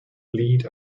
lead